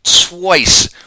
twice